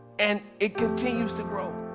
and it continues to grow.